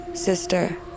Sister